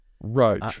Right